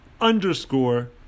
underscore